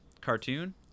cartoon